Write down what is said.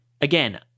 again